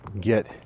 get